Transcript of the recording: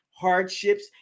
hardships